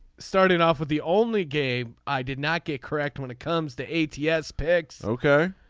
starting off with the only game i did not get correct when it comes to eight yes pigs. ok.